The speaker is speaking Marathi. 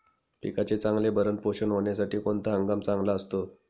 पिकाचे चांगले भरण पोषण होण्यासाठी कोणता हंगाम चांगला असतो?